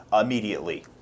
immediately